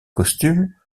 coutumes